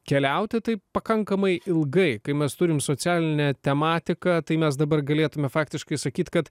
keliauti taip pakankamai ilgai kai mes turim socialinę tematiką tai mes dabar galėtume faktiškai sakyt kad